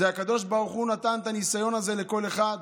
זה הקדוש ברוך הוא נתן את הניסיון הזה לכל אחד,